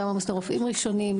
גם עומס לרופאים הראשוניים,